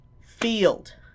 field